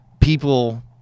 people